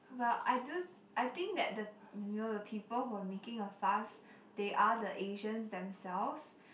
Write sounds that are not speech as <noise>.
well I do I think that the <noise> you know the people who were making a fuss they are the Asians themselves